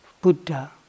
Buddha